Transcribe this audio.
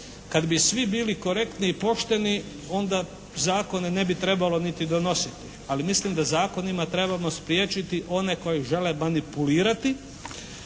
Kad bi svi bili korektni i pošteni onda zakone ne bi trebalo niti donositi. Ali mislim da zakonima trebamo spriječiti one koji žele manipulirati.